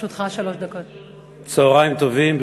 צהריים טובים.